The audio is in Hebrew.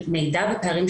תאריך